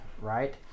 right